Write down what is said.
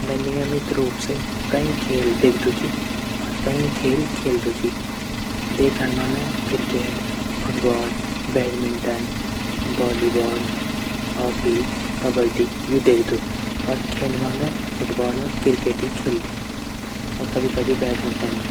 मै नियमित रूप से कई खेल दिखूदू च और कई खेल खिलदू च देखण मा मि cricket ball badminton volleyball hockey kabaddi यू दिखदू अर खिन मा मै फुटबाल और क्रिकेट ही खिलदू और कभी कभी बैडमिंटन भी।